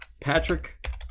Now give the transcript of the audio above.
Patrick